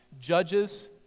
judges